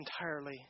entirely